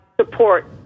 support